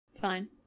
fine